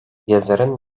yazarın